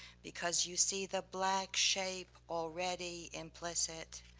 because you see the black shake already implicit.